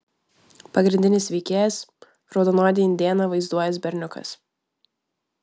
pagrindinis veikėjas raudonodį indėną vaizduojąs berniukas